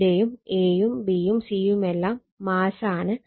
ഇവിടെയും a യും b യും c യുമെല്ലാം മാസ്സാണ്